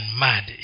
mad